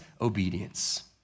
obedience